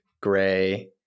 gray